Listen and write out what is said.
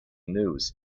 news